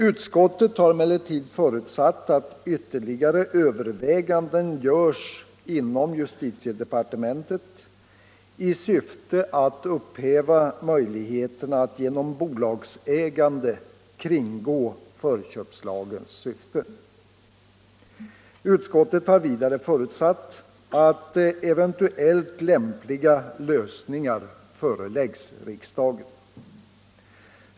Utskottet har emellertid förutsatt att ytterligare överväganden görs inom justitiedepartementet i syfte att eliminera möjligheterna att genom bolagsägande kringgå förköpslagens syfte. Utskottet har vidare förutsatt att eventuellt lämpliga lösningar föreläggs riksdagen.